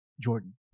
Jordan